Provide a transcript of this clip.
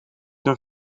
hun